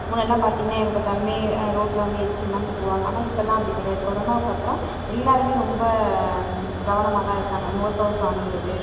முன்னேலாம் பார்த்திங்கன்னா எப்போ பார்த்தாலுமே ரோட்டில் வந்து எச்சில்லாம் துப்புவாங்க ஆனால் இப்போலாம் அப்படி கிடையாது கொரோனாவுக்கு அப்புறம் எல்லாருமே ரொம்ப கவனமாக தான் இருக்காங்க முகக்கவசம் அணியிறது